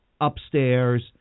upstairs